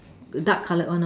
dark colored one lor